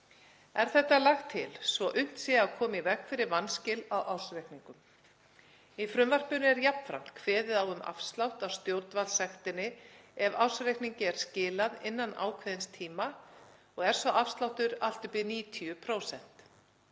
Er þetta lagt til svo unnt sé að koma í veg fyrir vanskil á ársreikningum. Í frumvarpinu er jafnframt kveðið á um afslátt af stjórnvaldssektinni ef ársreikningi er skilað innan ákveðins tíma, er sá afsláttur allt upp í 90%.